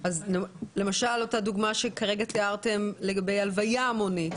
אותה דוגמה שכרגע תיארתם לגבי הלוויה המונית,